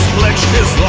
pledged his